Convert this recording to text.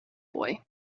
boy